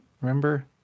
Remember